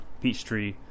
Peachtree